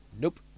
Nope